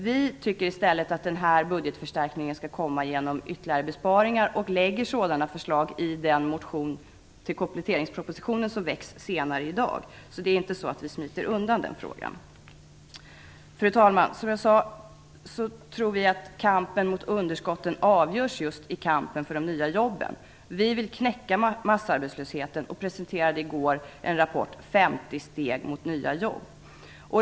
Vi tycker att den här budgetförstärkningen skall komma genom ytterligare besparingar och lägger fram förslag härtill i den motion med anledning av kompletteringspropositionen som väcks senare i dag. Det är alltså inte så att vi smiter undan i den frågan. Fru talman! Vi tror, som jag sade, att kampen mot underskotten avgörs just i kampen för de nya jobben. Vi vill knäcka massarbetslösheten och presenterade i går en rapport i detta syfte, 50 steg mot nya jobb.